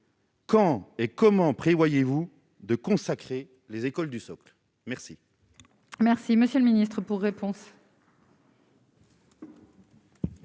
quand et comment prévoyez-vous de consacrer les écoles du socle ? La